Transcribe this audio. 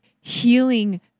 healing